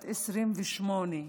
בת 28,